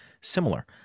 similar